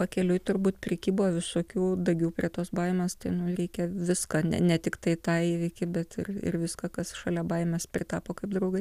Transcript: pakeliui turbūt prikibo visokių dagių prie tos baimės tai nu reikia viską ne ne tiktai tą įvykį bet ir ir viską kas šalia baimės pritapo kaip draugai